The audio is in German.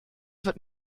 wird